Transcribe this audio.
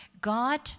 God